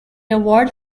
award